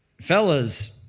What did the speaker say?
Fellas